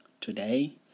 today